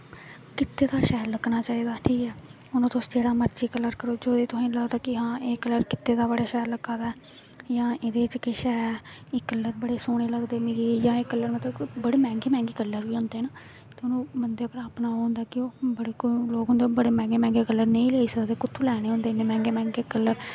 कीते दा ठीक लग्गना चाहिदा ठीक ऐ हून तुस जेह्ड़ा मर्जी कल्लर करो जो तुसेंगी लगदा कि हां एह् कल्लर कीते दा बड़ा शैल लग्गा दा ऐ जां एह्दे च किश है एह् कल्लर बड़े सोह्ने लगदे मतलब मिगी बड़े मैंह्गे मैंह्गे कल्लर बी होंदे न ते बंदे पर अपने पर होंदा कि ओह् केईं लोग होंदे मैंह्गे मैंह्गे कल्लर नेईं लेई सकदे कुत्थूं लैने होंदे इन्ने मैंह्गे मैंह्गे कल्लर